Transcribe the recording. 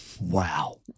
wow